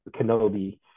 Kenobi